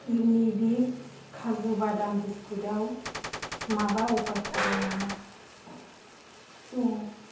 युनिबिक काजु बादाम बिस्कुटआव माबा अफारफोर दङ नामा दङ